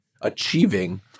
achieving